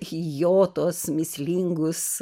į jo tuos mįslingus